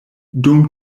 dum